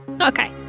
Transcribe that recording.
Okay